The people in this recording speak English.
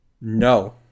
No